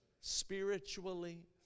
spiritually